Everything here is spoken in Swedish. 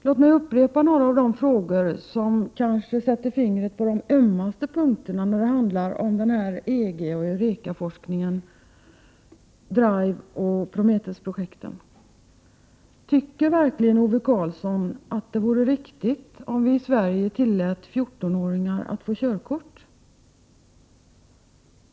Låt mig upprepa några av de frågor som kanske sätter fingret på de ömmaste punkterna när det handlar om den här EG och EUREKA forskningen, DRIVE och Prometheusprojekten: Tycker Ove Karlsson verkligen att det vore riktigt om vi i Sverige lät 14-åringar få körkort?